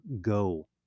go